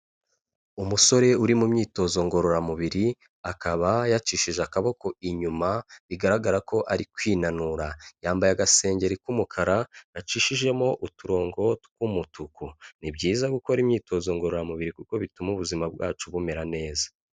Umusore uri mu myitozo ngororamubiri, akaba yacishije akaboko inyuma, bigaragara ko ari kwinanura. Yambaye agasengeri k'umukara gacishijemo uturongo tw'umutuku. Ni byiza gukora imyitozo ngororamubiri kuko bituma ubuzima bwacu bumera neza.